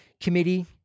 Committee